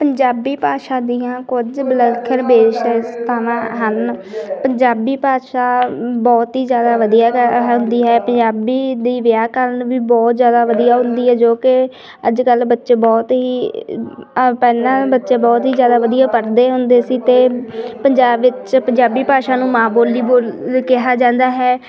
ਪੰਜਾਬੀ ਭਾਸ਼ਾ ਦੀਆਂ ਕੁਝ ਵਿਲੱਖਣ ਵਿਸ਼ੇਸ਼ਤਾਵਾਂ ਹਨ ਪੰਜਾਬੀ ਭਾਸ਼ਾ ਬਹੁਤ ਹੀ ਜ਼ਿਆਦਾ ਵਧੀਆ ਹ ਹੁੰਦੀ ਹੈ ਪੰਜਾਬੀ ਦੀ ਵਿਆਕਰਨ ਵੀ ਬਹੁਤ ਜ਼ਿਆਦਾ ਵਧੀਆ ਹੁੰਦੀ ਹੈ ਜੋ ਕਿ ਅੱਜ ਕੱਲ੍ਹ ਬੱਚੇ ਬਹੁਤ ਹੀ ਪਹਿਲਾਂ ਬੱਚੇ ਬਹੁਤ ਹੀ ਜ਼ਿਆਦਾ ਵਧੀਆ ਪੜ੍ਹਦੇ ਹੁੰਦੇ ਸੀ ਅਤੇ ਪੰਜਾਬ ਵਿੱਚ ਪੰਜਾਬੀ ਭਾਸ਼ਾ ਨੂੰ ਮਾਂ ਬੋਲੀ ਬੋਲੀ ਕਿਹਾ ਜਾਂਦਾ ਹੈ